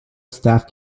staff